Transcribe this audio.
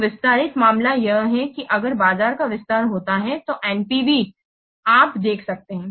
तो विस्तारित मामला यह है कि अगर बाजार का विस्तार होता है तो एनपीवी आप देख सकते हैं